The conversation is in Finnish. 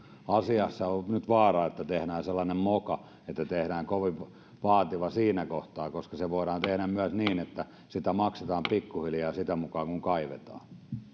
asiassa on nyt vaara että tehdään sellainen moka että asiasta tehdään kovin vaativa siinä kohtaa koska se voidaan tehdä myös niin että sitä maksetaan pikkuhiljaa sitä mukaa kuin kaivetaan